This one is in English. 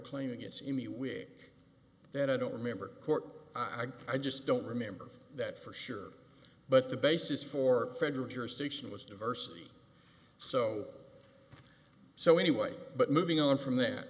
claiming it's in the week that i don't remember court i just don't remember that for sure but the basis for federal jurisdiction was diversity so so anyway but moving on from th